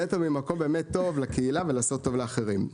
ממקום באמת טוב, לקהילה ולעשות טוב לאחרים.